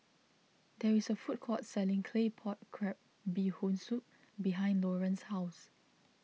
there is a food court selling Claypot Crab Bee Hoon Soup behind Loran's house